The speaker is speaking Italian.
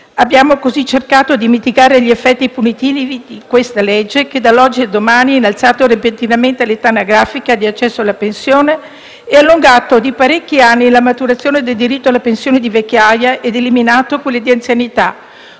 Abbiamo così cercato di mitigare gli effetti punitivi di quella legge che, dall'oggi al domani, ha innalzato repentinamente l'età anagrafica di accesso alla pensione e allungato di parecchi anni la maturazione del diritto alla pensione di vecchiaia ed eliminato quella di anzianità.